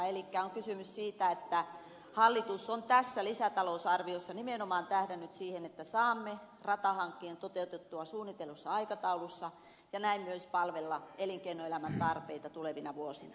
elikkä on kysymys siitä että hallitus on tässä lisätalousarviossa nimenomaan tähdännyt siihen että saamme ratahankkeen toteutettua suunnitellussa aikataulussa ja näin myös palvella elinkeinoelämän tarpeita tulevina vuosina